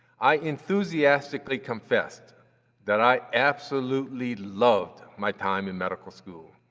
i enthusiastically confessed that i absolutely loved my time in medical school.